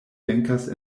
venkas